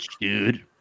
dude